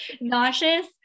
nauseous